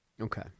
Okay